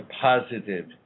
positive